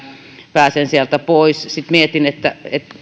pääsen sieltä pois sitten mietin että